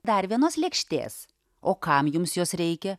dar vienos lėkštės o kam jums jos reikia